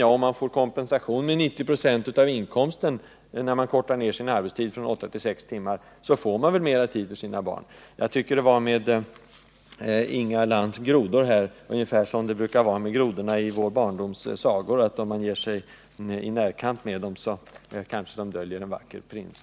Ja, om man får kompensation med upp till 90 96 av inkomsten vid en nedkortning av arbetstiden från åtta till sex timmar, får man mera tid över för sina barn. Jag tycker att det verkar vara på samma sätt med de ”grodor” som Inga Lantz tog upp, som med grodorna i vår barndoms sagor: när man ger sig i närkamp med dem, kanske det visar sig att grodan i själva verket är en vacker prins.